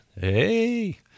Hey